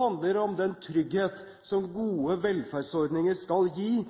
handler om den trygghet som gode velferdsordninger skal gi,